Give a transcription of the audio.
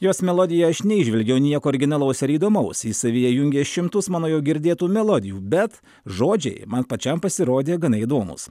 jos melodiją aš neįžvelgiau nieko originalaus ar įdomaus ji savyje jungia šimtus mano jau girdėtų melodijų bet žodžiai man pačiam pasirodė gana įdomūs